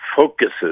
focuses